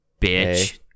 bitch